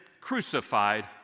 crucified